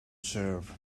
serve